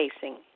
facing